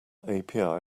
api